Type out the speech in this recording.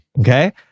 Okay